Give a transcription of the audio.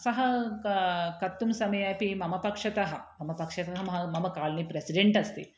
सः क कर्तुं समये अपि मम पक्षतः मम पक्षतः मम कालनि प्रसिडेण्ट् अस्ति